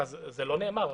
זה לא נאמר.